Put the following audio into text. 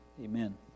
Amen